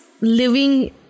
living